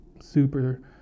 super